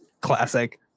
Classic